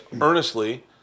earnestly